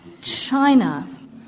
China